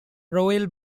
royal